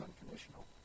unconditional